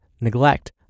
neglect